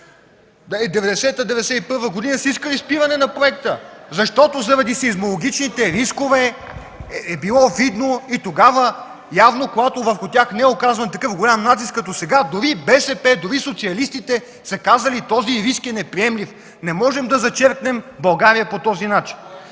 - 1991 г. са искали спиране на проекта, защото заради сеизмологичните рискове е било видно и тогава явно, когато върху тях не е оказван такъв голям натиск като сега, дори БСП, дори социалистите са казвали, че този риск е неприемлив и не можем да зачеркнем България по този начин.